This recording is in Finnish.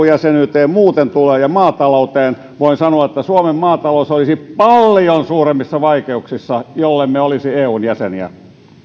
jäsenyyteen muuten tulee ja maatalouteen niin voin sanoa että suomen maatalous olisi paljon suuremmissa vaikeuksissa jollemme olisi eun jäseniä